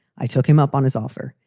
i took him up on his offer.